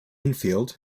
infield